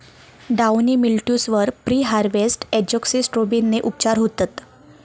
downy mildews वर preharvest एजोक्सिस्ट्रोबिनने उपचार होतत